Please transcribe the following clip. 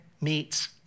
meets